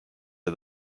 are